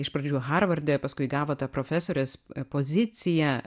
iš pradžių harvarde paskui gavo tą profesorės poziciją